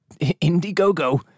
Indiegogo